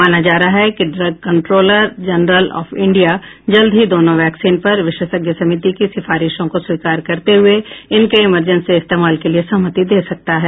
माना जा रहा है कि drug controller general of India जल्द ही दोनों वैक्सीन पर विशेषज्ञ समिति की सिफारिशों को स्वीकार करते हुये इनके इमरजेंसी इस्तेमाल के लिये सहमति दे सकता है